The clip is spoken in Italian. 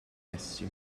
essi